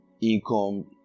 income